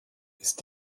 ist